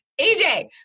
AJ